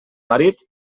marit